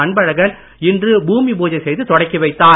அன்பழகன் இன்று பூமி பூஜை செய்து தொடக்கி வைத்தார்